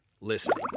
listening